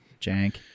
Jank